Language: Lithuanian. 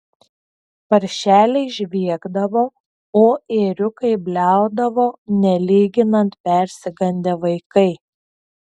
paršeliai žviegdavo o ėriukai bliaudavo nelyginant persigandę vaikai